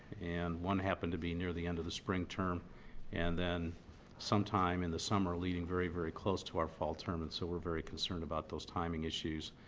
and one happened to be near the end of the spring term and then some time in the summer, leading very, very close to our fall term, and so we're very concerned about those timing issues,